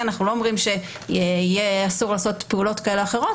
אנחנו לא אומרים שאסור יהיה לעשות פעולות כאלה או אחרות,